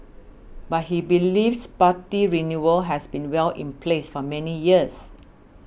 but he believes party renewal has been well in place for many years